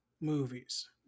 movies